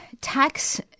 tax